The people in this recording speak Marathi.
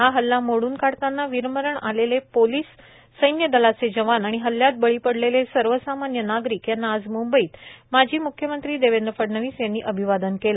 हा हल्ला मोडून काढताना वीरमरण आलेले पोलिस सैन्यदलाचे जवान आणि हल्ल्यात बळी पडलेले सर्वसामान्य नागरिक यांना आज म्बईत माजी म्ख्यमंत्री देवेंद्र फडणवीस यांनी अभिवादन केलं